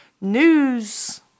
news